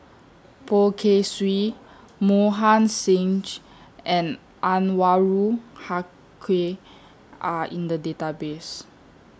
Poh Kay Swee Mohan Singh and Anwarul Haque Are in The Database